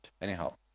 Anyhow